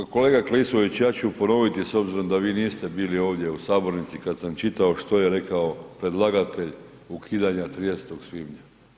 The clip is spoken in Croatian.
Kolega Klisović, ja ću ponoviti s obzirom da vi niste bili ovdje u sabornici kad sam čitao što je rekao predlagatelj ukidanja 30. svibnja.